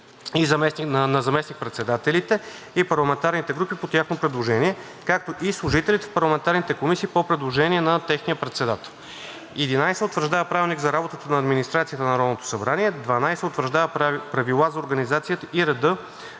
на заместник-председателите и парламентарните групи по тяхно предложение, както и служителите в парламентарните комисии по предложение на техния председател; 11. утвърждава Правилник за работата на администрацията на Народното събрание; 12. утвърждава правила за организацията и реда